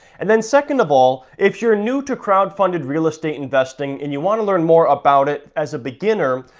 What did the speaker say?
and then second of all, if you're new to crowdfunded real estate investing and you want to learn more about it as a beginner,